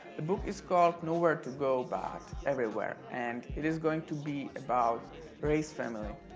the book is called nowhere to go but everywhere and it is going to be about reis family.